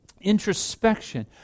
introspection